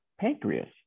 pancreas